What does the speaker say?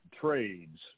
trades